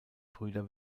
brüder